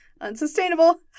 unsustainable